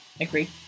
agree